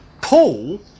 Paul